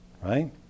right